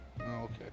okay